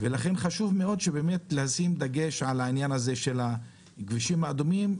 לכן חשוב מאוד באמת לשים דגש על העניין הזה של הכבישים האדומים,